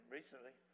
recently